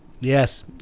Yes